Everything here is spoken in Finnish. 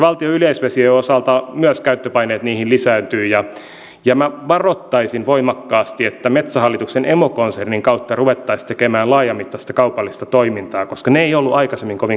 valtion yleisvesien osalta myös käyttöpaineet niihin lisääntyvät ja minä varoittaisin voimakkaasti että metsähallituksen emokonsernin kautta ruvettaisiin tekemään laajamittaista kaupallista toimintaa koska se ei ollut aikaisemmin kovin kannattavaa